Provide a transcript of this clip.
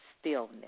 stillness